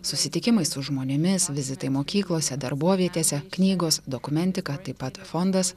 susitikimai su žmonėmis vizitai mokyklose darbovietėse knygos dokumentika taip pat fondas